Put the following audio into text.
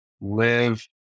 live